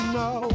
no